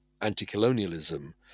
anti-colonialism